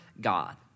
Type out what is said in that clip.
God